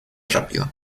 rápido